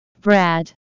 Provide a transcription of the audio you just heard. Brad